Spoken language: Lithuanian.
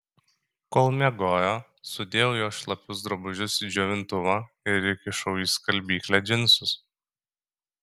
kol miegojo sudėjau jos šlapius drabužius į džiovintuvą ir įkišau į skalbyklę džinsus